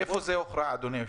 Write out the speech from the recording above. איפה זה הוכרע, אדוני היושב-ראש?